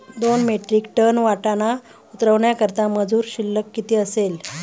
दोन metric ton वाटाणा उतरवण्याकरता मजूर शुल्क किती असेल?